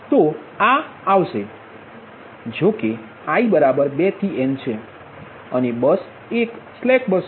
તો આ આવશે જોશે કે i બરાબર 2 થી n છે અને બસ 1 એ એક સ્લેક બસ છે